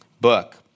book